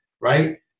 right